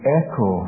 echo